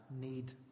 need